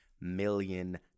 million